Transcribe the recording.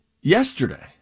yesterday